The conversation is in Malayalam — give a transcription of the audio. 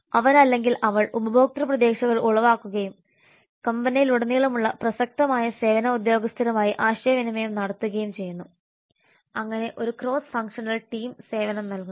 അവൻ അല്ലെങ്കിൽ അവൾ ഉപഭോക്തൃ പ്രതീക്ഷകൾ ഉളവാക്കുകയും കമ്പനിയിലുടനീളമുള്ള പ്രസക്തമായ സേവന ഉദ്യോഗസ്ഥരുമായി ആശയവിനിമയം നടത്തുകയും ചെയ്യുന്നു അങ്ങനെ ഒരു ക്രോസ് ഫങ്ഷണൽ ടീം സേവനം നൽകുന്നു